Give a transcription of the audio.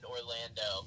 Orlando